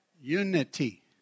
Unity